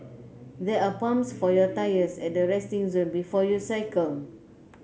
there are pumps for your tyres at the resting zone before you cycle